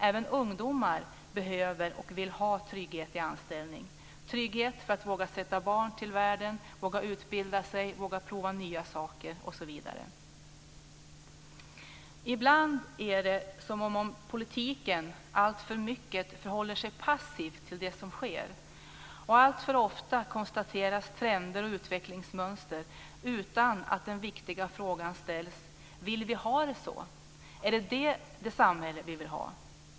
Även ungdomar behöver, och vill ha, trygghet i anställningen - trygghet för att våga sätta barn till världen, våga utbilda sig, våga prova på nya saker osv. Ibland är det som att politiken alltför mycket förhåller sig passiv till det som sker. Och alltför ofta konstateras trender och utvecklingsmönster utan att den viktiga frågan ställs: Vill vi ha det så - är det detta samhälle som vi vill ha?